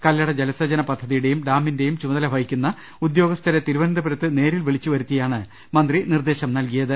കല്ലട ജല സേചന പദ്ധതിയുടെയും ഡാമിന്റെയും ചുമതല വഹിക്കുന്ന ഉദ്യോഗസ്ഥരെ തിരുവനന്തപുരത്ത് നേരിൽ വിളിച്ചുവരുത്തി യാണ് മന്ത്രി നിർദ്ദേശം നൽകിയത്